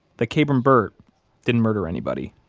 that kabrahm burt didn't murder anybody,